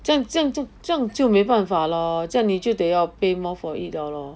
这样这样就这样就没办法 lor 这样你就得要 pay more for it liao lor